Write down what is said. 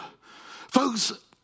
Folks